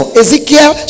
ezekiel